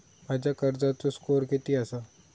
माझ्या कर्जाचो स्कोअर किती आसा?